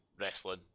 wrestling